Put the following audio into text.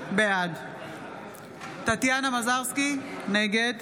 בעד טטיאנה מזרסקי, נגד